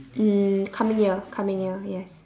um coming year coming year yes